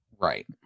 Right